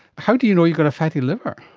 how do you know you've got a fatty liver?